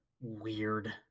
Weird